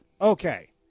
Okay